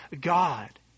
God